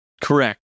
Correct